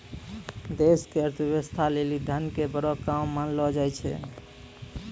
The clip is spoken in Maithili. देश के अर्थव्यवस्था लेली धन के बड़ो काम मानलो जाय छै